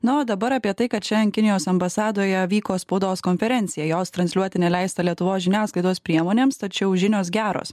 na o dabar apie tai kad šiandien kinijos ambasadoje vyko spaudos konferencija jos transliuoti neleista lietuvos žiniasklaidos priemonėms tačiau žinios geros